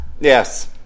Yes